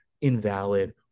invalid